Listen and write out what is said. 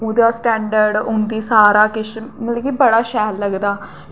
ओह्दा स्टैंडर्ड उं'दी सारा किश मतलब कि बड़ा गै शैल लगदा